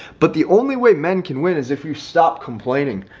but the only way men can win is if you stop complaining.